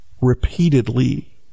repeatedly